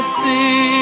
see